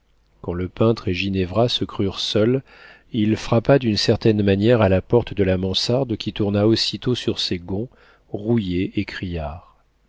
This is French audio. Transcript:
quand le peintre et ginevra se crurent seuls il frappa d'une certaine manière à la porte de la mansarde qui tourna aussitôt sur ses gonds rouillés et criards